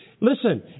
Listen